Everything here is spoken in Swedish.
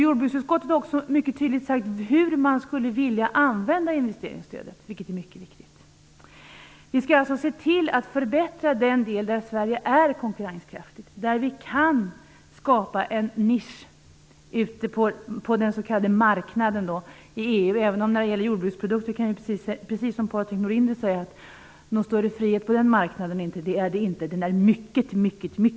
Jordbruksutskottet har också mycket tydligt sagt hur man skulle vilja använda investeringsstödet, vilket är mycket viktigt. Vi skall se till att förbättra den del där Sverige är konkurrenskraftigt och kan skapa en nisch på den s.k. marknaden inom EU. Precis som Patrik Norinder sade är det dock inte någon större frihet på marknaden för jordbruksprodukter. Den är mycket reglerad.